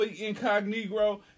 incognito